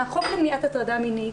החוק למניעת הטרדה מינית,